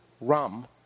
rum